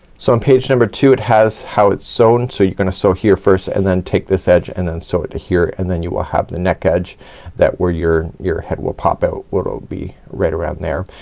so on page number two, it has how it's sewn. so you're gonna sew here first and then take this edge and then sew it to here and then you will have the neck edge that where your, your head will pop out. it'll be right around there.